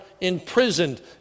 imprisoned